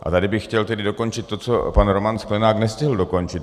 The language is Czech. A tady bych chtěl tedy dokončit to, co pan Roman Sklenák nestihl dokončit.